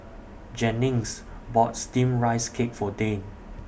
Jennings bought Steamed Rice Cake For Dane